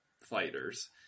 fighters